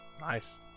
Nice